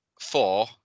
Four